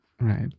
right